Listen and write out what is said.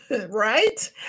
right